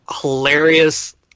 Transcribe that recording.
hilarious